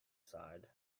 sighed